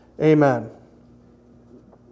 Amen